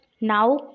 now